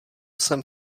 jsem